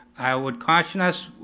i would caution us,